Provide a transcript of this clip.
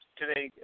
today